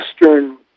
Western